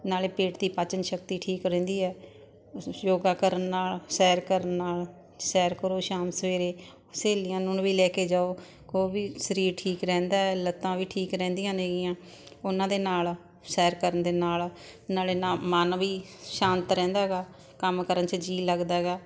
ਨਾਲ ਪੇਟ ਦੀ ਪਾਚਨ ਸ਼ਕਤੀ ਠੀਕ ਰਹਿੰਦੀ ਹੈ ਯ ਯੋਗਾ ਕਰਨ ਨਾਲ ਸੈਰ ਕਰਨ ਨਾਲ ਸੈਰ ਕਰੋ ਸ਼ਾਮ ਸਵੇਰੇ ਸਹੇਲੀਆਂ ਨੂੰ ਨ ਵੀ ਲੈ ਕੇ ਜਾਓ ਕਹੋ ਵੀ ਸਰੀਰ ਠੀਕ ਰਹਿੰਦਾ ਲੱਤਾਂ ਵੀ ਠੀਕ ਰਹਿੰਦੀਆਂ ਨੇਗੀਆਂ ਉਨ੍ਹਾਂ ਦੇ ਨਾਲ ਸੈਰ ਕਰਨ ਦੇ ਨਾਲ ਨਾਲ ਨ ਮਨ ਵੀ ਸ਼ਾਂਤ ਰਹਿੰਦਾ ਗਾ ਕੰਮ ਕਰਨ 'ਚ ਜੀਅ ਲੱਗਦਾ ਗਾ